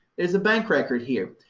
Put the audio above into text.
there's a bank record here.